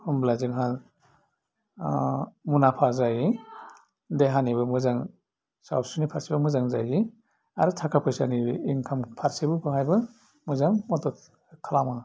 होनब्ला जोंहा मुलाम्फा जायो देहानिबो मोजां सावस्रिनि फारसेबो मोजां आरो ताका फैसानिबो इनकाम फारसेबो बाहायबो मोजां मदद खालामो